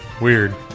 Weird